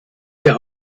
wir